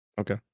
Okay